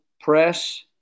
Press